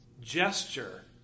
gesture